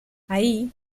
ahí